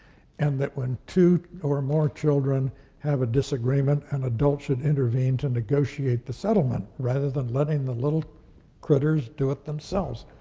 and that when two or more children have a disagreement, an and adult should intervene to negotiate the settlement, rather than letting the little critters do it themselves